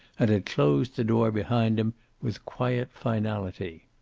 and had closed the door behind him with quiet finality.